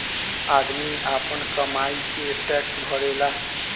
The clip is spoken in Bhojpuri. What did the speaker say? आदमी आपन कमाई के टैक्स भरेला